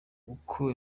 uko